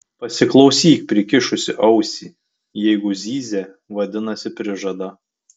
pasiklausyk prikišusi ausį jeigu zyzia vadinasi prižada